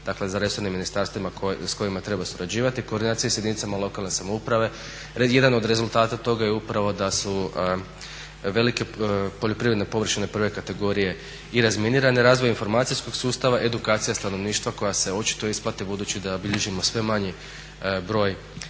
dakle sa resornim ministarstvima s kojima treba surađivati, koordinacija sa jedinicama lokalne samouprave. Jedan od rezultata toga je upravo da su velike poljoprivredne površine prve kategorije i razminirane, razvoj informacijskog sustava, edukacija stanovništva koja se očito isplati budući da bilježimo sve manji broj